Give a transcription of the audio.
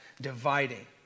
dividing